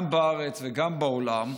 גם בארץ וגם בעולם,